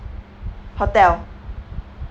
hotel